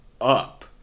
up